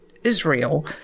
Israel